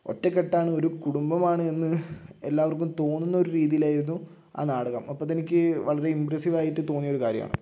ഒറ്റക്കെട്ടാണ് ഒരു കുടുംബമാണ് എന്ന് എല്ലാവർക്കും തോന്നുന്ന ഒരു രീതിയിൽ ആയിരുന്നു ആ നാടകം അപ്പം അതെനിക്ക് വളരെ ഇംപ്രസീവ് ആയിട്ട് തോന്നിയ ഒരു കാര്യമാണ്